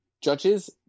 judges